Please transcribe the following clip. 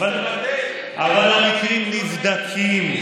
אבל המקרים נבדקים.